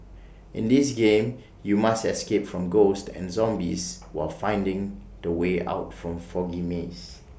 in this game you must escape from ghosts and zombies while finding the way out from foggy maze